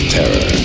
Terror